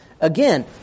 again